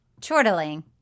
chortling